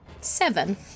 Seven